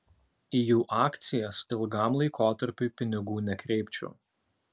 į jų akcijas ilgam laikotarpiui pinigų nekreipčiau